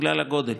בגלל הגודל,